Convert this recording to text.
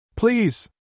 Please